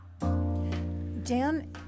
Dan